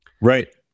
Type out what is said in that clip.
Right